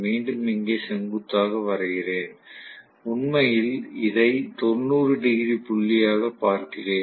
மீண்டும் இங்கே செங்குத்தாக வரைகிறேன் உண்மையில் இதை 90 டிகிரி புள்ளியாக பார்க்கிறேன்